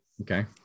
Okay